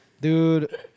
Dude